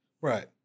Right